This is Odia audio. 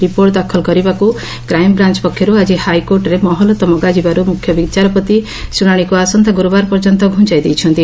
ରିପୋର୍ଟ ଦାଖଲ କରିବାକୁ କ୍ରାଇମ୍ବ୍ରାଞ୍ ପକ୍ଷରୁ ଆକି ହାଇକୋର୍ଟରେ ମହଲତ ମଗାଯିବାରୁ ମୁଖ୍ୟବିଚାରପତି ଶୁଣାଣିକୁ ଆସନ୍ତା ଗୁରୁବାର ପର୍ଯ୍ୟନ୍ତ ଘୁଞାଇ ଦେଇଛନ୍ତି